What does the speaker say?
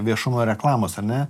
viešumo reklamos ar ne